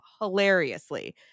hilariously